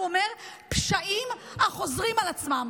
הוא אומר: פשעים החוזרים על עצמם.